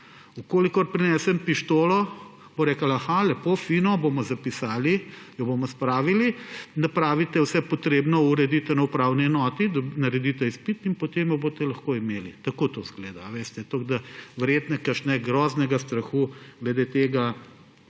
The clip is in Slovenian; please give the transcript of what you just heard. Če prinesem pištolo, bodo rekli: »Aha, lepo, fino, bomo zapisali, jo bomo spravili, napravite vse potrebno, uredite na upravni enoti, naredite izpit in potem jo boste lahko imeli.« Tako to zgleda, zato verjetno kakšnega groznega strahu glede tega